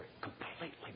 completely